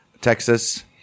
Texas